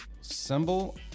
symbol